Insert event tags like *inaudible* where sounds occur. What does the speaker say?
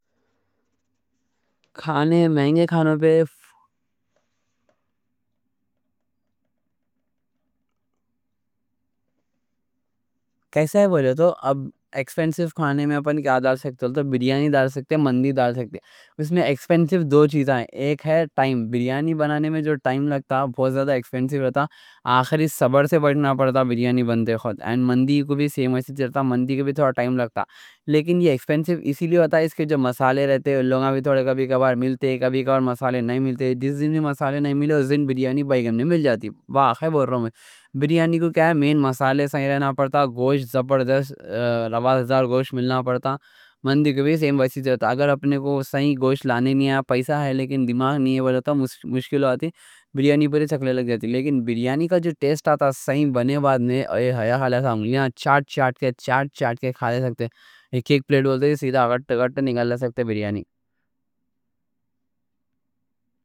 کھانے مہنگے کھانوں پہ *hesitation* کیسا ہے بولے تو۔ اب کھانوں میں اپن کیا ڈال سکتے، تو بریانی ڈال سکتے ہیں، مندی ڈال سکتے ہیں۔ اس میں ایکسپینسیو دو چیزاں ہیں، ایک ہے ٹائم۔ بریانی بنانے میں جو ٹائم لگتا، بہت زیادہ رہتا۔ مندی کو بھی سیم ایسی چلتا، مندی کو بھی تھوڑا ٹائم لگتا، لیکن یہ ایکسپینسیو اسی لیے ہوتا، اس کے جو مسالے رہتے۔ لوگاں بھی تھوڑے، کبھی کبھار ملتے، کبھی کبھار مسالے نہیں ملتے۔ جس دن مسالے نہیں ملے، اس دن بریانی بھی نہیں ملتی۔ بہرحال بول رہا ہوں، بریانی کو کیا ہے، مین مسالے صحیح رہنا پڑتا۔ پڑتا *hesitation* گوشت زبردست رہنا۔ *hesitation* تھدار گوشت ملنا پڑتا، اگر اپنے کو صحیح گوشت لانا نہیں آیا۔ پیسہ ہے لیکن دماغ نہیں ہے، وہ تو مشکل ہو آتی۔ بریانی پہ چکلے لگ جاتی، لیکن بریانی کا جو ذائقہ آتا، صحیح بنے بعد میں یہاں کھا لے سکتے ہیں۔ سامنی چاٹ چاٹ کے، چاٹ چاٹ کے کھا لے سکتے۔ ایک ایک پلیٹ بولتے سیدھا گٹ گٹ نگل لے سکتے، بریانی۔